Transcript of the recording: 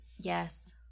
Yes